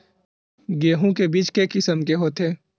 गेहूं के बीज के किसम के होथे?